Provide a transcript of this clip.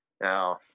Now